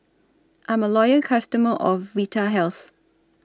I'm A Loyal customer of Vitahealth